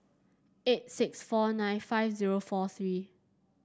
eight six four nine five zero four three